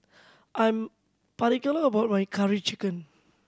I'm particular about my Curry Chicken